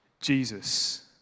Jesus